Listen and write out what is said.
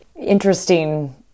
interesting